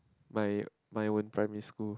my my own primary school